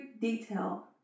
detail